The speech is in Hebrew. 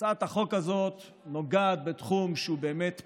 הצעת החוק הזאת נוגעת בתחום שהוא באמת פרוץ,